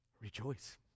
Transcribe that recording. Rejoice